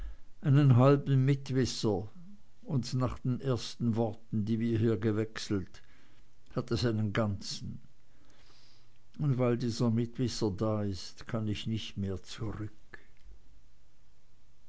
einen halben mitwisser und nach den ersten worten die wir hier gewechselt hat es einen ganzen und weil dieser mitwisser da ist kann ich nicht mehr zurück